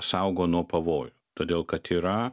saugo nuo pavojų todėl kad yra